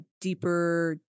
deeper